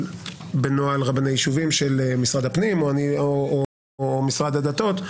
רבני יישובים של משרד הפנים או משרד הדתות,